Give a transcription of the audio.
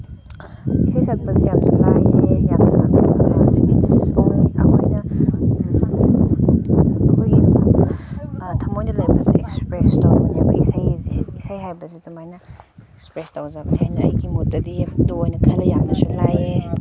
ꯏꯁꯩ ꯁꯛꯄꯁꯦ ꯌꯥꯝꯅ ꯂꯥꯏꯌꯦ ꯌꯥꯝꯅ ꯏꯠꯁ ꯑꯣꯜ ꯑꯩꯈꯣꯏꯅ ꯑꯩꯈꯣꯏꯒꯤ ꯊꯝꯃꯣꯏꯅ ꯂꯩꯕꯁꯦ ꯑꯦꯛꯁꯄ꯭ꯔꯦꯁ ꯇꯧꯕꯅꯦꯕ ꯏꯁꯩꯁꯦ ꯏꯁꯩ ꯍꯥꯏꯕꯁꯦ ꯑꯗꯨꯃꯥꯏꯅ ꯑꯦꯛꯁꯄ꯭ꯔꯦꯁ ꯇꯧꯖꯕꯅꯦ ꯍꯥꯏꯅ ꯑꯩꯒꯤ ꯃꯣꯠꯇꯗꯤ ꯑꯗꯨ ꯑꯣꯏꯅ ꯈꯜꯂꯦ ꯌꯥꯝꯅ ꯂꯥꯏꯌꯦ